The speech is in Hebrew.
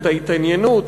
את ההתעניינות,